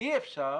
אי אפשר